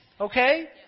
Okay